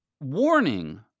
warning